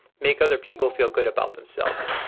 make other people feel good about themselves?